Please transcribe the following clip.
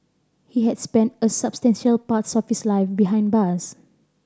he had spent a substantial parts of his life behind bars